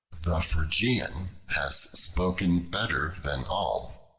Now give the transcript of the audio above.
the phrygian has spoken better than all.